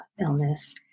illness